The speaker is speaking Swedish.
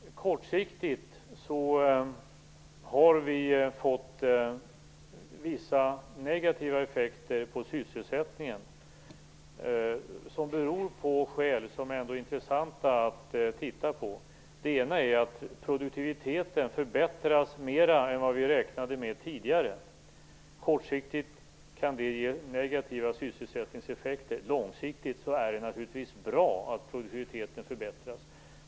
Fru talman! Kortsiktigt har vi fått vissa negativa effekter på sysselsättningen, av skäl som är intressanta att titta på. Ett är att produktiviteten förbättras mer än vi tidigare räknade med. Kortsiktigt kan det ge negativa sysselsättningseffekter. Långsiktigt är det naturligtvis bra att produktiviteten förbättras.